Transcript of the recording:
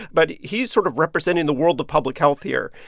but he's sort of representing the world of public health here.